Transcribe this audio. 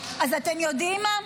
אז אתם יודעים מה?